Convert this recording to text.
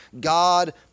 God